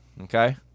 Okay